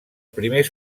primers